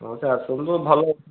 ହଁ ସେ ଆସନ୍ତୁ ଭଲ